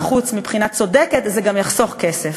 שנחוץ מבחינת הצדק, זה גם יחסוך כסף.